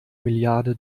milliarde